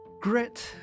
Grit